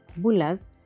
bulas